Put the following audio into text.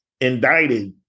indicted